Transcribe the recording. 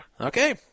okay